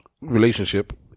relationship